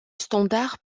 standard